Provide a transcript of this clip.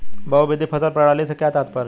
बहुविध फसल प्रणाली से क्या तात्पर्य है?